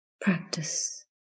practice